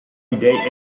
idee